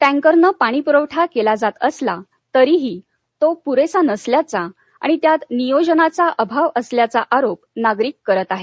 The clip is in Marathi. टँकरनं पाणी पुरवठा केला जात असला तरीही तो पुरेसा नसल्याचा आणि त्यात नियोजनाचा अभाव असल्याचा आरोप नागरिक करत आहेत